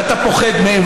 ואתה פוחד מהם,